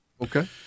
Okay